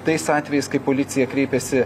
tais atvejais kai policija kreipėsi